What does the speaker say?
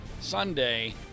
Sunday